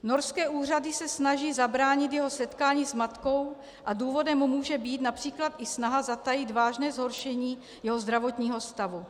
Norské úřady se snaží zabránit jeho setkání s matkou a důvodem může být například i snaha zatajit vážné zhoršení jeho zdravotního stavu.